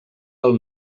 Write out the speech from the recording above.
del